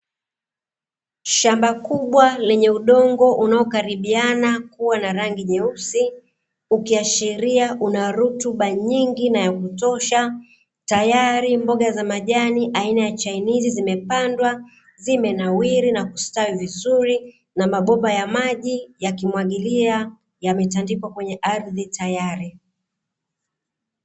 Shamba kubwa lenye udongo unaokaribiana kuwa na rangi nyeusi, ukiashiria una rutuba nyingi na ya kutosha. Tayari mboga za majani aina ya chainizi zimepandwa, zimenawiri, na kustawi vizuri na mabomba ya maji yakimwagilia yametandikwa kwenye ardhi tayari.